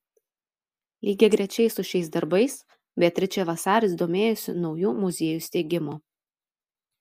lygiagrečiai su šiais darbais beatričė vasaris domėjosi naujų muziejų steigimu